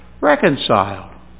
reconciled